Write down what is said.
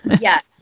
Yes